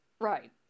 Right